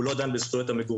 הוא לא דן בזכויות המגורים,